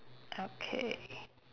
okay